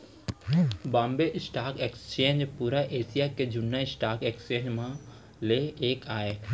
Bombay stock exchange पुरा Asia के जुन्ना स्टॉक एक्सचेंज म ले एक आय